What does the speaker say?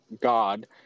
god